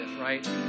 right